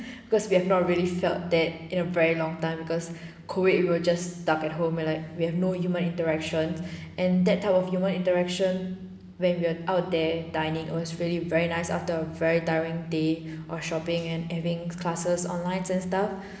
because we have not really felt that in a very long time because COVID we will just stuck at home and like we have no human interaction and that type of human interaction when we're out there dining was really very nice after a very tiring day of shopping and having classes online and stuff